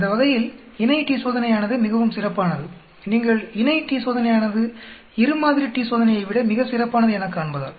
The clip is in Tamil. அந்த வகையில் இணை t சோதனையானது மிகவும் சிறப்பானது நீங்கள் இணை t சோதனையானது இரு மாதிரி t சோதனையை விட மிக சிறப்பானது எனக் காண்பதால்